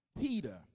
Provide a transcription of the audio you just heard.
Peter